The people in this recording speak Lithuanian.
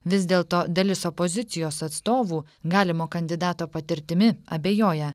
vis dėlto dalis opozicijos atstovų galimo kandidato patirtimi abejoja